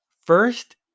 First